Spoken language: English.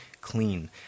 clean